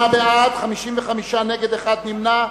28 בעד, 55 נגד, אחד נמנע.